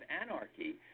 anarchy